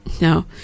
no